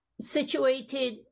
Situated